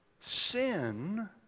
sin